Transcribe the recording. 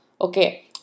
okay